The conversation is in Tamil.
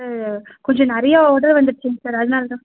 சார் கொஞ்சம் நிறையா ஆர்டர் வந்துடுச்சுங்க சார் அதனால தான்